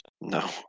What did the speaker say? No